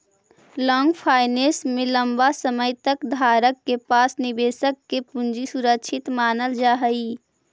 long finance में लंबा समय तक धारक के पास निवेशक के पूंजी सुरक्षित मानल जा हई